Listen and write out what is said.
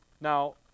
Now